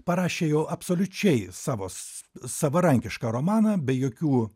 parašė jau absoliučiai savo savarankišką romaną be jokių